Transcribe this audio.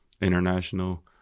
international